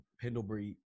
Pendlebury